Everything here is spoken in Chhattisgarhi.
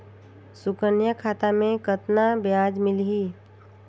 सुकन्या खाता मे कतना ब्याज मिलही?